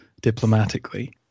diplomatically